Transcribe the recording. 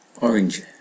orange